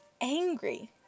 angry